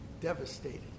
devastated